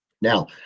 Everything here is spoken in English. Now